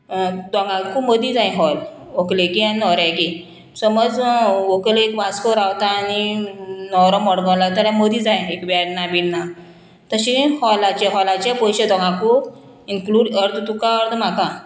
दोंगाकू मदीं जाय हॉल व्हंकलेकी आनी न्होवऱ्याकी समज व्हंकलेक वास्को रावता आनी न्हवरो मोडगांव रावता जाल्यार मदीं जाय एक वेर्ना बिर्ना तशें हॉलाचें हॉलाचे पयशे दोंगाकू इन्क्लूड अर्द तुका अर्द म्हाका